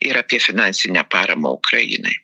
ir apie finansinę paramą ukrainai